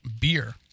beer